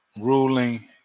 ruling